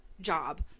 job